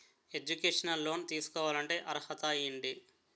Educational loan తీసుకోవాలంటే అర్హత ఏంటి?